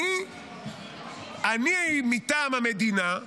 אני מטעם המדינה.